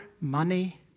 money